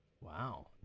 Wow